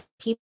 people